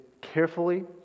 carefully